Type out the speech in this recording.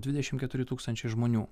dvidešimt keturi tūkstančiai žmonių